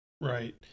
Right